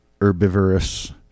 herbivorous